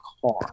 car